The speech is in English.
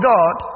God